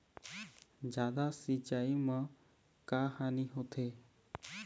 जादा सिचाई म का हानी होथे?